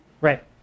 right